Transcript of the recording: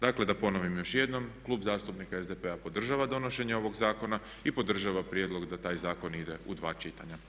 Dakle da ponovim još jednom, Klub zastupnik SDP-a podržava donošenje ovog zakona i podržava prijedlog da taj zakon ide u 2 čitanja.